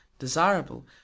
desirable